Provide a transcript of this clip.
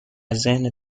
ذهن